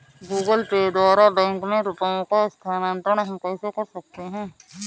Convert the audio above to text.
Google Pay द्वारा bank में रुपयों का स्थानांतरण हम कैसे कर सकते हैं?